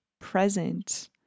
present